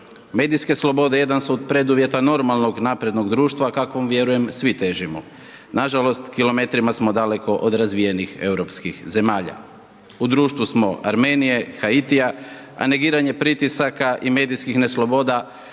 Medijske slobode jedan su od preduvjeta normalnog naprednog društva, kakvom vjerujem svi težimo. Nažalost, kilometrima smo daleko od razvijenih europskih zemalja, u društvu smo Armenije, Haitija, a negiranje pritisaka i medijskih ne sloboda